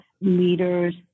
leaders